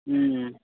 हुँ